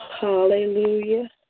Hallelujah